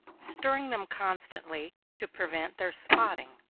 stirring them constantly to prevent their spotting.